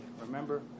Remember